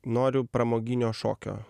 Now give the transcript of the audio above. noriu pramoginio šokio